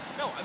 no